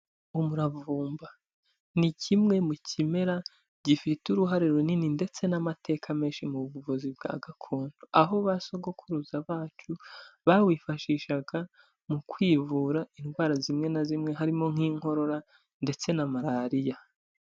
Umuravumba, ni kimwe mu kimera gifite uruhare runini ndetse n'amateka menshi mu buvuzi bwa gakondo, aho basogokuruza bacu bawifashishaga mu kwivura indwara zimwe na zimwe, harimo nk'inkorora ndetse na malariya.